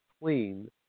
clean